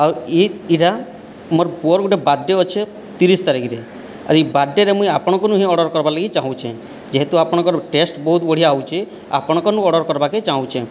ଆଉ ଏହି ଏଇଟା ମୋର ପୁଅର ଗୋଟିଏ ବାର୍ଥଡେ ଅଛି ତିରିଶ ତାରିଖରେ ଆଉ ଏହି ବାର୍ଥଡେରେ ମୁଁ ଆପଣଙ୍କନୁ ହିଁ ଅର୍ଡ଼ର କରିବା ଲାଗି ଚାହୁଁଛି ଯେହେତୁ ଆପଣଙ୍କର ଟେଷ୍ଟ ବହୁତ ବଢ଼ିଆ ହେଉଛି ଆପଣଙ୍କନୁ ଅର୍ଡ଼ର କରିବାକୁ ଚାହୁଁଛି